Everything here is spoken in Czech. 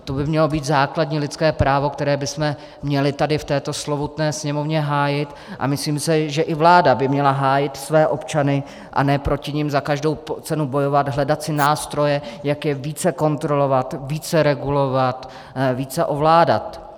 To by mělo být základní lidské právo, které bychom měli tady v této slovutné Sněmovně hájit, a myslím si, že i vláda by měla hájit své občany, a ne proti nim za každou cenu bojovat, hledat si nástroje, jak je více kontrolovat, více regulovat, více ovládat.